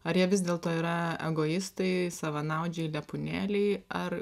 ar jie vis dėlto yra egoistai savanaudžiai lepūnėliai ar